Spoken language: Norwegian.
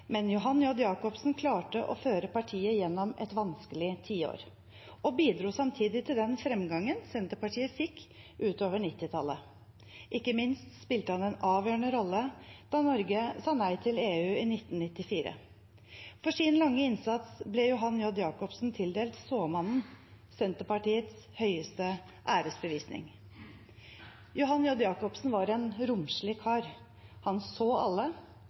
men Johan J. Jakobsen klarte å føre partiet gjennom et vanskelig tiår og bidro samtidig til den fremgangen Senterpartiet fikk utover 1990-tallet. Ikke minst spilte han en avgjørende rolle da Norge sa nei til EU i 1994. For sin lange innsats ble Johan J. Jakobsen tildelt Såmannen, Senterpartiets høyeste æresbevisning. Johan J. Jakobsen var en romslig kar. Han så alle,